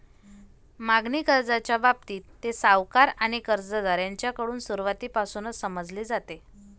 मागणी कर्जाच्या बाबतीत, ते सावकार आणि कर्जदार यांच्याकडून सुरुवातीपासूनच समजले जाते